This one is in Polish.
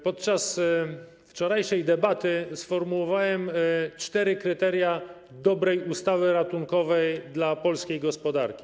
Podczas wczorajszej debaty sformułowałem cztery kryteria dotyczące dobrej ustawy ratunkowej dla polskiej gospodarki.